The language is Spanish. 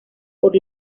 por